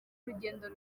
urugendo